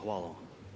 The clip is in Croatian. Hvala vam.